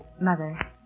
Mother